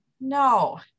no